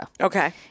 Okay